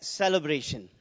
celebration